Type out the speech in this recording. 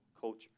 culture